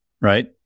Right